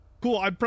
cool